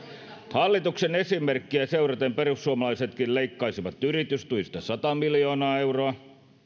hallituksen esimerkkejä seuraten perussuomalaisetkin leikkaisivat yritystuista sata miljoonaa euroa